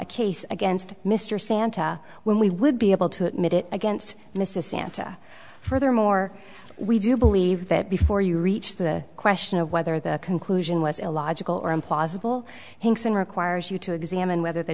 a case against mr sante when we would be able to admit it against mrs santa furthermore we do believe that before you reach the question of whether the conclusion was illogical or implausible hinkson requires you to examine whether the